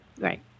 Right